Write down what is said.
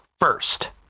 first